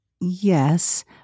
yes